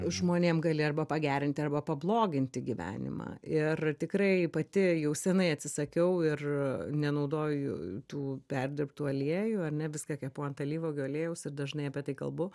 žmonėm gali arba pagerinti arba pabloginti gyvenimą ir tikrai pati jau senai atsisakiau ir nenaudoju tų perdirbtų aliejų ar ne viską kepu ant alyvuogių aliejaus ir dažnai apie tai kalbu